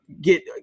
get